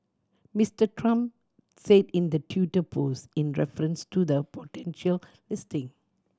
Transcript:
Mister Trump said in the Twitter post in reference to the potential listing